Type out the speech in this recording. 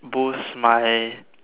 boost my